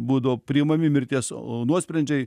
būdavo priimami mirties nuosprendžiai